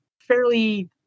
fairly